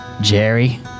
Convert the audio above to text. Jerry